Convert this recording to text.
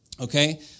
okay